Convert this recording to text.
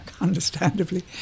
understandably